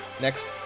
next